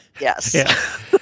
Yes